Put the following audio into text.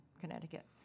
Connecticut